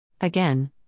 Again